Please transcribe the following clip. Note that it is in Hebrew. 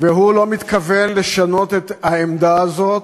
והוא לא מתכוון לשנות את העמדה הזאת,